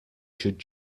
should